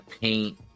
paint